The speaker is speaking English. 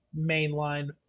mainline